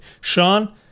Sean